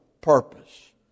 purpose